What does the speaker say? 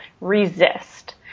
resist